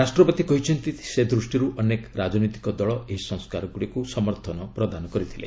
ରାଷ୍ଟ୍ରପତି କହିଛନ୍ତି ସେ ଦୃଷ୍ଟିରୁ ଅନେକ ରାଜନୈତିକ ଦଳ ଏହି ସଂସ୍କାରଗୁଡ଼ିକୁ ସମର୍ଥନ ପ୍ରଦାନ କରିଥିଲେ